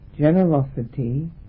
generosity